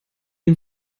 ihm